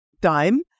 dime